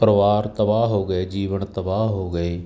ਪਰਿਵਾਰ ਤਬਾਹ ਹੋ ਗਏ ਜੀਵਨ ਤਬਾਹ ਹੋ ਗਏ